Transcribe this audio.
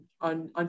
on